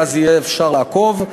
ואז יהיה אפשר לעקוב.